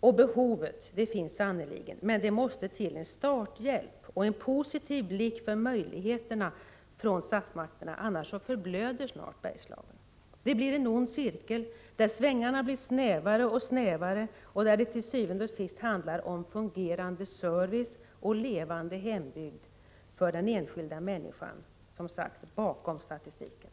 Behovet finns sannerligen, men det måste till en starthjälp och en positiv blick för möjligheterna från statsmakterna. Annars förblöder snart Bergslagen. Det blir en ond cirkel, där svängarna blir snävare och snävare och där det til syvende og sidst handlar om fungerande service och levande hembygd för den enskilda människan bakom statistiken.